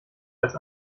als